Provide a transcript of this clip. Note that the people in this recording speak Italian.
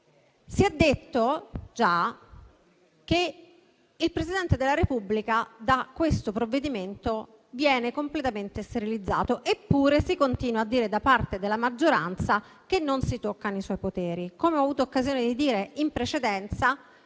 Si è detto già che il Presidente della Repubblica da questo provvedimento viene completamente sterilizzato. Eppure, si continua a dire da parte della maggioranza che non si toccano i suoi poteri. Come ho avuto occasione di dire in precedenza,